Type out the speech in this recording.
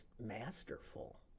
masterful